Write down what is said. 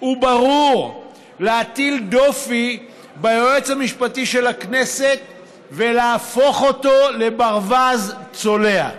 וברור להטיל דופי ביועץ המשפטי של הכנסת ולהפוך אותו לברווז צולע.